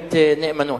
מחייבת נאמנות.